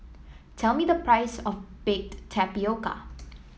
tell me the price of Baked Tapioca